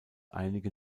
einige